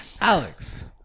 Alex